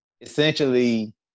essentially